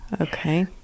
Okay